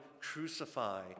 crucify